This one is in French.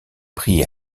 prix